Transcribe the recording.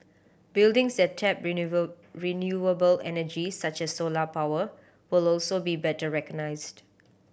buildings that tap renewable energy such as solar power will also be better recognised